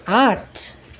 आठ